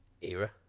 era